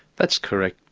that's correct.